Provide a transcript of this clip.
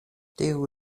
tiu